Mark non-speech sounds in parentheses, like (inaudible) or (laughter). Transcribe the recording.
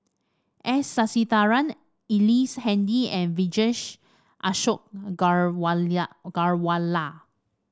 S Sasitharan Ellice Handy and Vijesh Ashok (unintelligible) Ghariwala